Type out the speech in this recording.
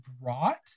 brought